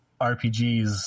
RPGs